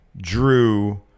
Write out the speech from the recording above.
Drew